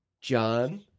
John